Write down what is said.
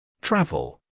Travel